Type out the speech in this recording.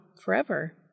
forever